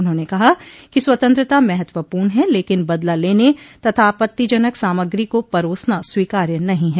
उन्होंने कहा कि स्वतंत्रता महत्वपूर्ण है लेकिन बदला लेने तथा आपात्तिजनक सामग्री को परोसना स्वीकार्य नहीं है